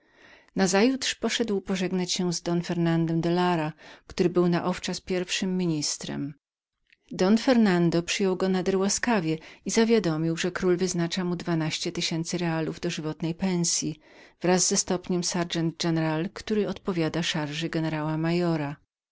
nazajutrz poszedł pożegnać się z don ferdynandem de lara który był na ów czas pierwszym ministrem don fernando przyjął go nader łaskawie i zawiadomił że król wyznaczał mu dwanaście tysięcy realów dożywotniej pensyi wraz ze stopniem serhente hnral który odpowiada dzisiejszemu generałowi